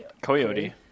Coyote